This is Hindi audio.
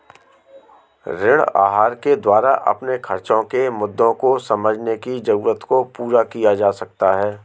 ऋण आहार के द्वारा अपने खर्चो के मुद्दों को समझने की जरूरत को पूरा किया जा सकता है